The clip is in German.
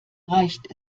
reicht